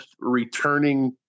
returning